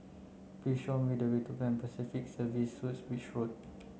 please show me the way to Pan Pacific Serviced Suites Beach Road